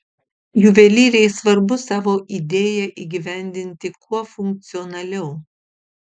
juvelyrei svarbu savo idėją įgyvendinti kuo funkcionaliau